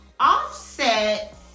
offset